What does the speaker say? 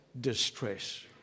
distress